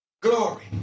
Glory